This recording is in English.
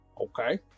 okay